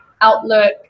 outlook